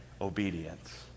obedience